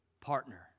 partner